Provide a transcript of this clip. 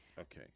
Okay